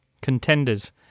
contenders